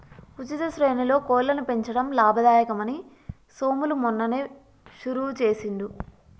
ఉచిత శ్రేణిలో కోళ్లను పెంచడం లాభదాయకం అని సోములు మొన్ననే షురువు చేసిండు